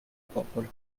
popolo